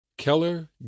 Keller